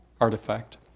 artifact